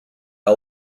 are